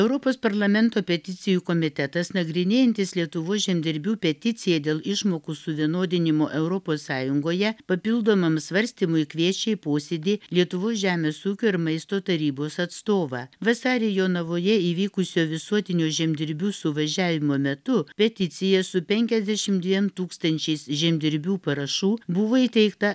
europos parlamento peticijų komitetas nagrinėjantis lietuvos žemdirbių peticiją dėl išmokų suvienodinimo europos sąjungoje papildomam svarstymui kviečia į posėdį lietuvos žemės ūkio ir maisto tarybos atstovą vasarį jonavoje įvykusio visuotinio žemdirbių suvažiavimo metu peticiją su penkiasdešim dviem tūkstančiais žemdirbių parašų buvo įteikta